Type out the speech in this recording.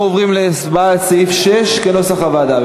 אנחנו עוברים עכשיו להצבעה על סעיף 6 כנוסח הוועדה.